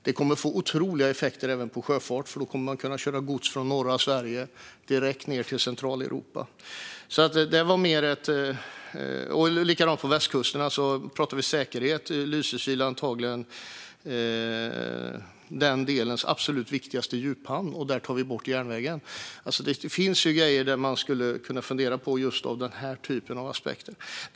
Det kommer att få otroliga effekter även på sjöfart. Man kommer att kunna köra gods från norra Sverige direkt ned till Centraleuropa. Det är likadant på västkusten. Talar vi om säkerhet är antagligen Lysekil den delens absolut viktigaste djuphamn, och där tar vi bort järnvägen. Det finns grejer att fundera på när det gäller den här typen av aspekter. Fru talman!